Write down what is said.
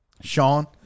Sean